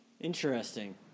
Interesting